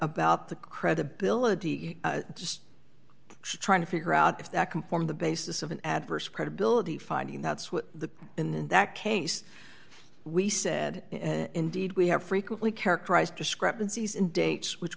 about the credibility just trying to figure out if that comported the basis of an adverse credibility finding that's what the in that case we said indeed we have frequently characterized discrepancies in dates which